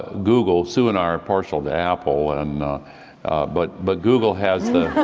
ah google, sue and i are partial to apple, and but but google has the